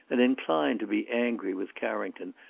and inclined to be angry with carrington,